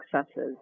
successes